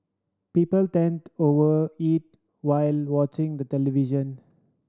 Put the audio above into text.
people tend over eat while watching the television